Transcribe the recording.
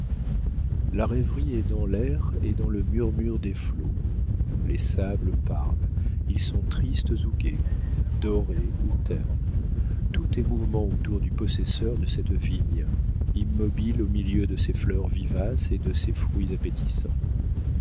la rêverie est dans l'air et dans le murmure des flots les sables parlent ils sont tristes ou gais dorés ou ternes tout est mouvement autour du possesseur de cette vigne immobile au milieu de ses fleurs vivaces et de ses fruits appétissants